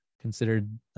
considered